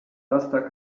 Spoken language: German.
laster